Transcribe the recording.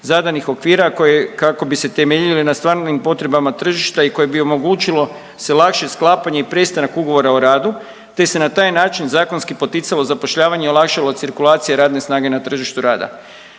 zadanih okvira kako bi se temeljile na stvarnim potrebama tržišta i koje bi omogućilo se lakše sklapanje i prestanak ugovora o radu te se na taj način zakonski poticalo zapošljavanje i olakšala cirkulacija radne snage na tržištu rada.